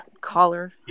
collar